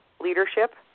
leadership